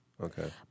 Okay